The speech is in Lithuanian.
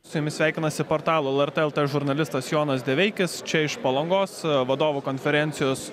su jumis sveikinasi portalo lrt lt žurnalistas jonas deveikis čia iš palangos vadovų konferencijos